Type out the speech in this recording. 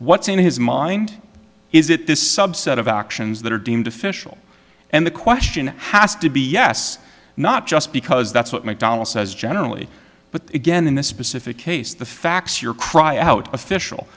what's in his mind is it this subset of actions that are deemed official and the question has to be yes not just because that's what mcdonnell says generally but again in this specific case the facts your cry out official